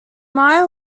maya